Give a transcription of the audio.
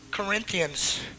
Corinthians